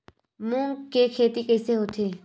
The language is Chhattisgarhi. मूंग के खेती कइसे होथे?